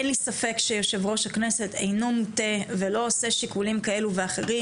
אין לי ספק שיושב ראש הכנסת אינו מוטה ולא עושה שיקולים כאלה ואחרים,